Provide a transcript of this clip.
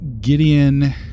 Gideon